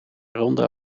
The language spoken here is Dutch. ronde